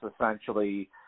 essentially